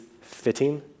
fitting